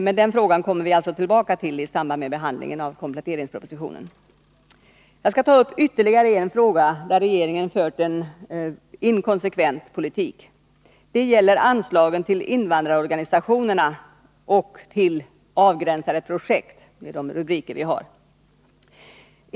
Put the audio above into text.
Men den frågan kommer vi alltså tillbaka till i samband med behandlingen av kompletteringspropositionen. Jag vill ta upp ytterligare en fråga där regeringen fört en inkonsekvent politik. Det gäller anslagen till invandrarorganisationerna och till avgränsade projekt — det är de rubriker vi har.